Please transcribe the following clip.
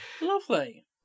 Lovely